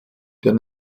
der